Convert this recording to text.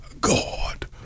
God